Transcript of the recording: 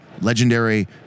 legendary